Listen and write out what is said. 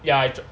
yeah I tr~